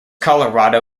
colorado